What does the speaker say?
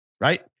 right